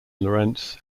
lorentz